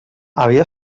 havia